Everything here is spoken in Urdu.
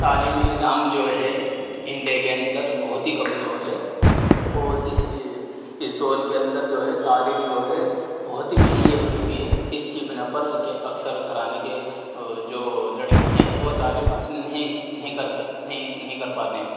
تعلیمی نظام جو ہے انڈیا کے اندر بہت ہی کمزور ہے اور اس اس دور کے اندر جو ہے تعلیم جو ہے بہت ہی مہنگی ہو چکی ہے اس کی بنا پر کہ اکثر گھرانے کے جو لڑکے ہیں وہ تعلیم حاصل نہیں نہیں کر نہیں کر پاتے ہیں